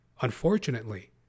Unfortunately